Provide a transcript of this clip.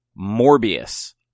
Morbius